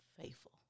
Faithful